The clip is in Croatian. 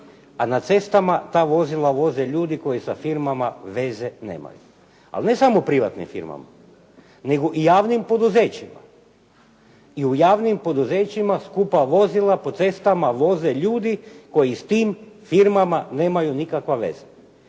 a na cestama ta vozila voze ljudi koji sa firmama veze nemaju, ali ne samo privatnim firmama, nego i javnim poduzećima. I u javnim poduzećima skupa vozila po cestama voze ljudi koji s tim firmama nemaju nikakve veze.